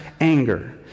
anger